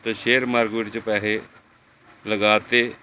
ਅਤੇ share market 'ਚ ਪੈਸੇ ਲਗਾ ਤੇ